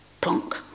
plonk